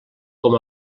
com